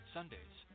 Sundays